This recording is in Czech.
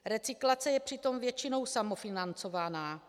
Recyklace je přitom většinou samofinancována.